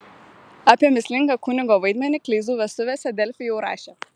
apie mįslingą kunigo vaidmenį kleizų vestuvėse delfi jau rašė